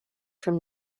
from